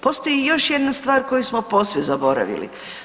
Postoji još jedna stvar koju smo posve zaboravili.